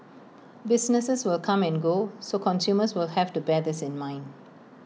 businesses will come and go so consumers will have to bear this in mind